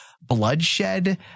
bloodshed